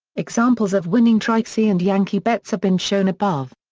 examples of winning trixie and yankee bets have been shown above.